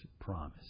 promise